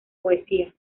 poesía